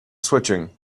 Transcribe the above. switching